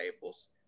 tables